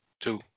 Two